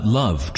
love